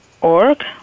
org